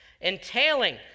entailing